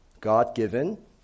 God-given